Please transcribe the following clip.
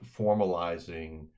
formalizing